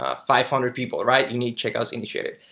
ah five hundred people right you need checkouts initiated.